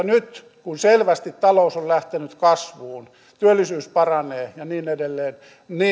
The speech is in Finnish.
nyt kun selvästi talous on lähtenyt kasvuun ja työllisyys paranee ja niin edelleen niin